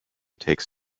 takes